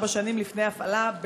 ארבע שנים לפני הפעלה,